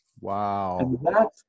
Wow